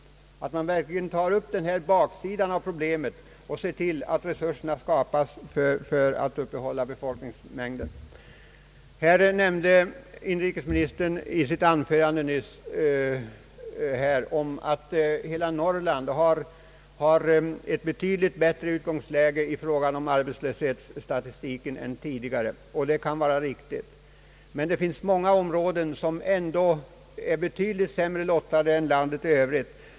Man måste verkligen ta upp baksidan av problemet och se till att resurser skapas för att hålla befolkningsnivån uppe. Inrikesministern nämnde i sitt anförande nyss att hela Norrland har ett betydligt bättre läge i arbetslöshetsstatistiken än tidigare, och det kan vara riktigt, men det finns många områden som är betydligt sämre lottade än landet i övrigt.